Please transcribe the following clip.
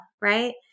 right